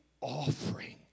offering